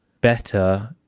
better